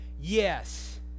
yes